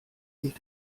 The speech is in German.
sich